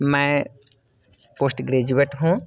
मैं post graduate हूँ